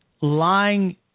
lying